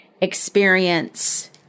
experience